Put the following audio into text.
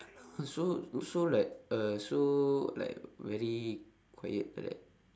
so so like uh so like very quiet like